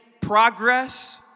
progress